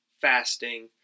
fasting